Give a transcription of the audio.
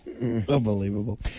Unbelievable